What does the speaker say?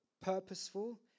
purposeful